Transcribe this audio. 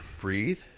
breathe